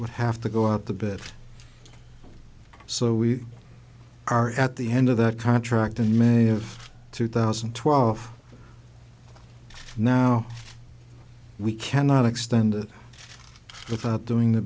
would have to go out the bit so we are at the end of that contract in may of two thousand and twelve now we cannot extend it without doing the